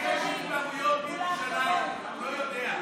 הוא לא יודע.